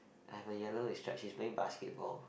I have a yellow with stripe she's playing basketball